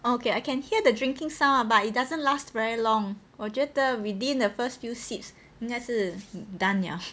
okay I can hear the drinking sound ah but it doesn't last very long 我觉得 within the first few sips 应该是 done liao